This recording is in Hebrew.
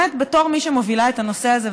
בתור מי שמובילה את הנושא הזה,